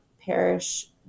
parish